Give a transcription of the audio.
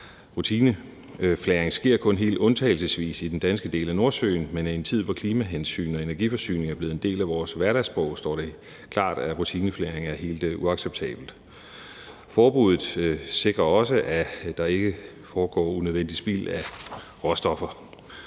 Rutineflaring sker kun helt undtagelsesvist i den danske del af Nordsøen, men i en tid, hvor klimahensyn og energiforsyning er blevet en del af vores hverdagssprog, står det klart, at rutinemæssig flaring er helt uacceptabelt. Forbuddet sikrer også, at der ikke foregår unødvendigt spild af råstoffer.